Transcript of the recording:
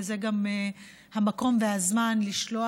וזה גם המקום והזמן לשלוח